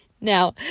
Now